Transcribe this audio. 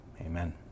amen